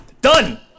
Done